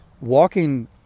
Walking